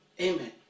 Amen